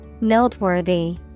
Noteworthy